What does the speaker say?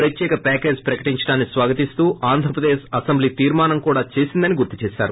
ప్రత్యేక ప్యాకేజీ ప్రకటించడాన్ని స్వాగతిస్తూ ఏపీ అసెంబ్లీ తీర్శానం కూడా చేసిందని గుర్తుచేసారు